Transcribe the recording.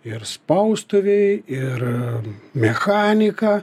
ir spaustuvėj ir mechanika